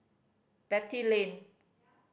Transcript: Beatty Lane